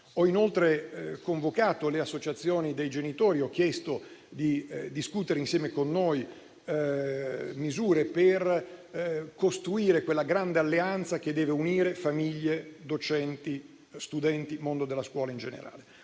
Ho inoltre convocato le associazioni dei genitori, cui ho chiesto di discutere insieme a noi misure per costruire quella grande alleanza che deve unire famiglie, docenti, studenti e mondo della scuola in generale.